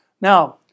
now